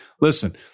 listen